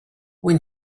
when